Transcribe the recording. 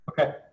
Okay